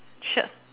shirt